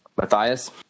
Matthias